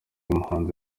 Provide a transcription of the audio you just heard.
umuhanzi